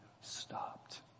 stopped